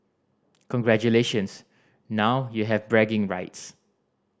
congratulations now you have bragging rights